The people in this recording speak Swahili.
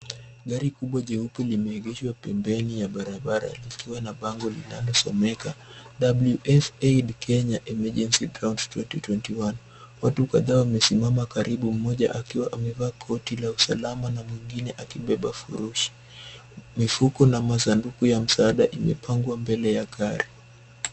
Gari kubwa jeupe limeegeshwa pembeni ya barabara likiwa na bango linalosomeka, WF aid Kenya emergency crown twenty twenty one. Watu kadhaa wamesimama karibu mmoja akiwa amevaa koti la usalama na mwingine akibeba furushi. Mifuko na sanduku ya msaada imepangwa mbele ya gari.